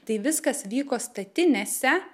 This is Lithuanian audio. tai viskas vyko statinėse